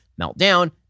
meltdown